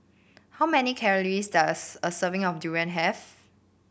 how many calories does a serving of durian have